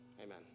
amen